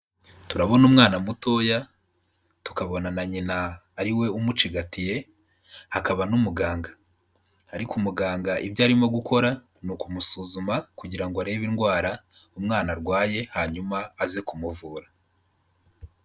Turabona umwana mutoya, tukabona na nyina ariwe umucigatiye, hakaba n'umuganga. Ariko umuganga ibyo arimo gukora ni ukumusuzuma kugira ngo arebe indwara umwana arwaye hanyuma aze kumuvura.